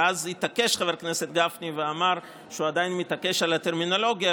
ואז התעקש חבר הכנסת גפני ואמר שהוא עדיין מתעקש על הטרמינולוגיה,